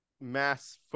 mass